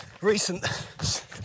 recent